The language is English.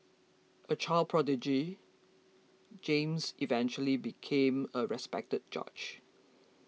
a child prodigy James eventually became a respected judge